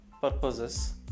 purposes